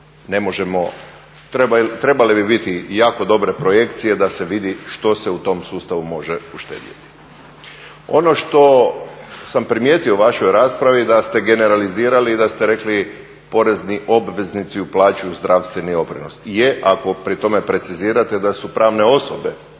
trebale bi biti jako dobre projekcije da se vidi što se u tom sustavu može uštedjeti. Ono što sam primijetio u vašoj raspravi da ste generalizirali i da ste rekli porezni obveznici uplaćuju zdravstveni doprinos, je ako pri tome precizirate da su pravne osobe